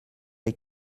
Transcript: les